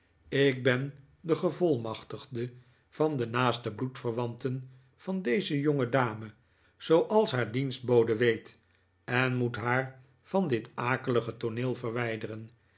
ik ben de gevolmachtigde van de naaste bloedverwanten van deze jongedame zooals haar dienstbode weet en moet haar van dit akelige tooneel verwijderen